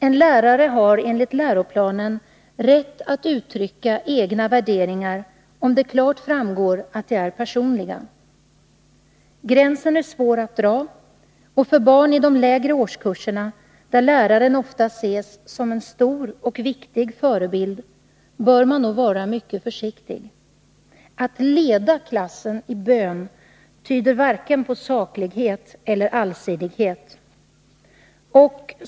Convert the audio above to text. En lärare har enligt läroplanen ”rätt att uttrycka egna värderingar om det klart framgår att de är personliga”. Gränsen är svår att dra, och för barn i de lägre årskurserna — där läraren oftast ses som en stor och viktig förebild — bör man nog vara mycket försiktig. Att leda klassen i bön, tyder varken på saklighet eller allsidighet.